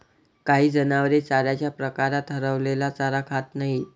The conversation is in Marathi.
काही जनावरे चाऱ्याच्या प्रकारात हरवलेला चारा खात नाहीत